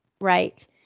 Right